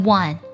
one